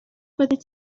fyddet